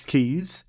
Keys